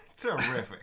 Terrific